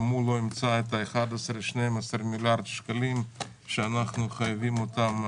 גם הוא לא ימצא 12-11 מיליארד שקלים שאנחנו חייבים אותם,